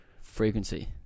Frequency